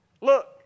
Look